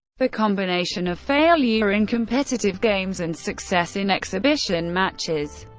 the combination of failure in competitive games, and success in exhibition matches,